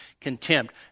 contempt